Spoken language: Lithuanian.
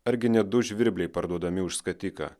argi ne du žvirbliai parduodami už skatiką